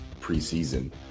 preseason